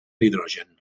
hidrogen